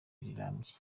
rirambye